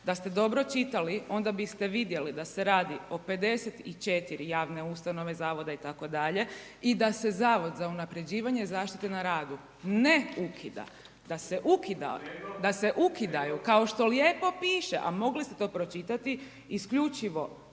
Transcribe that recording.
Da ste dobro čitali onda biste vidjeli da se radi o 54 javne ustanove Zavoda itd. i da se Zavod za unaprjeđivanje zaštite na radu ne ukida, da se ukidaju kao što lijepo piše, a mogli ste to pročitati, isključivo